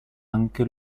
anche